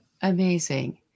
Amazing